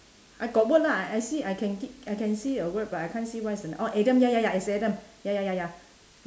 I got word lah I I see I can I can see a word but I can't see what's the oh adam ya ya ya is adam ya ya ya ya